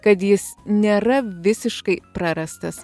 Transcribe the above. kad jis nėra visiškai prarastas